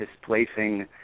displacing